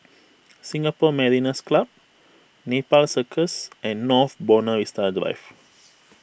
Singapore Mariners' Club Nepal Circus and North Buona Vista Drive